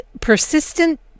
Persistent